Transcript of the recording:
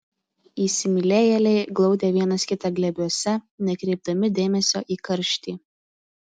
įsimylėjėliai glaudė vienas kitą glėbiuose nekreipdami dėmesio į karštį